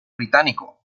británico